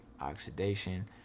oxidation